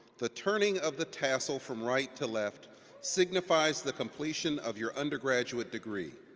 the turning of the tassel from right to left signifies the completion of your undergraduate degree.